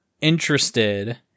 interested